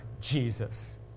Jesus